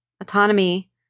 Autonomy